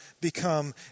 become